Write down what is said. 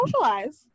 socialize